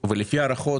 ולפי הערכות,